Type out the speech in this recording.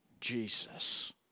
Jesus